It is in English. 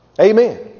Amen